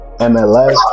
MLS